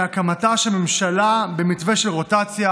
מהקמתה של ממשלה במתווה של רוטציה.